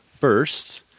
First